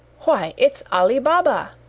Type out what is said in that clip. why, it's ali baba!